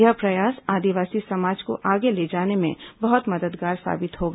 यह प्रयास आदिवासी समाज को आगे ले जाने में बहुत मददगार साबित होगा